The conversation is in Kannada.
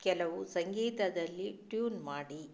ಕೆಲವು ಸಂಗೀತದಲ್ಲಿ ಟ್ಯೂನ್ ಮಾಡಿ